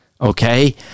okay